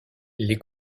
les